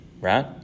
Right